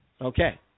Okay